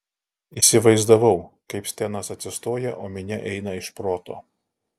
įsivaizdavau kaip stenas atsistoja o minia eina iš proto